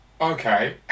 Okay